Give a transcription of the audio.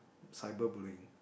cyber bullying